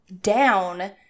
down